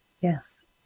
Yes